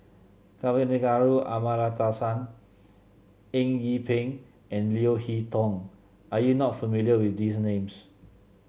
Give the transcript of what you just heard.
Kavignareru Amallathasan Eng Yee Peng and Leo Hee Tong are you not familiar with these names